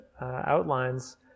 outlines